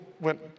went